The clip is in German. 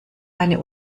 eine